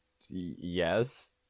Yes